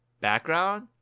background